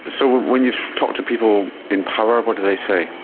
but so when when you talk to people in power, what do they say?